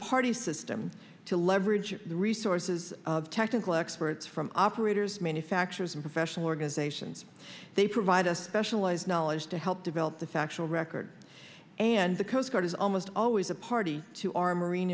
party system to leverage the resources of technical experts from operators manufacturers and professional organizations they provide a specialized knowledge to help develop the factual record and the coast guard is almost always a party to our marine